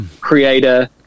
creator